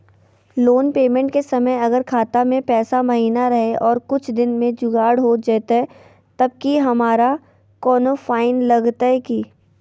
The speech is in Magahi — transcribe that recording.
लोन पेमेंट के समय अगर खाता में पैसा महिना रहै और कुछ दिन में जुगाड़ हो जयतय तब की हमारा कोनो फाइन लगतय की?